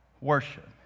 worship